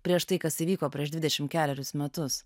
prieš tai kas įvyko prieš dvidešim kelerius metus